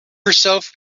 herself